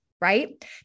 right